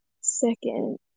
second